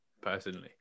personally